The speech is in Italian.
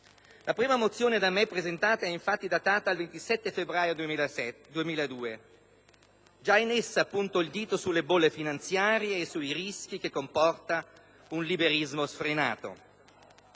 La prima mozione da me presentata è infatti datata 27 febbraio 2002; già in essa puntavo il dito sulle bolle finanziarie e i sui rischi che comporta un liberismo sfrenato.